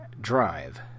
Drive